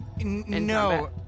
No